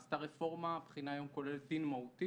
נעשתה רפורמה, והבחינה היום כוללת דין מהותי